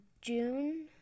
June